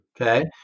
Okay